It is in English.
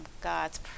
God's